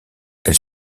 elle